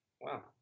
Wow